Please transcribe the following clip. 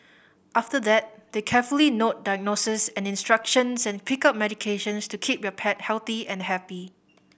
after that they carefully note diagnoses and instructions and pick up medications to keep your pet healthy and happy